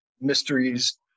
mysteries